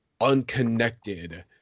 unconnected